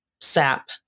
sap